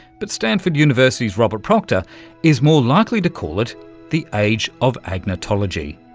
but stanford university's robert proctor is more likely to call it the age of agnotology.